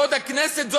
כבוד הכנסת,